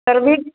service